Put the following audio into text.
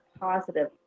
positive